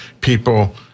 people